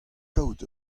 kaout